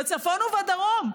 בצפון ובדרום,